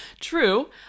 true